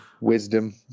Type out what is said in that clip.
wisdom